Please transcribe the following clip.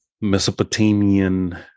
Mesopotamian